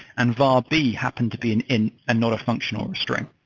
and var b happened to be an int and not a function or a string.